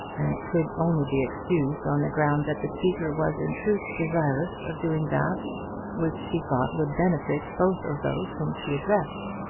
and could only be excused on the ground that the speaker was in truth desirous of doing that which she thought would benefit both of those whom she addressed.